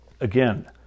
again